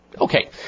Okay